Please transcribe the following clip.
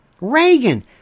Reagan